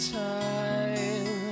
time